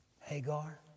Hagar